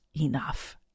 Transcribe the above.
enough